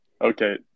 okay